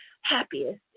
happiest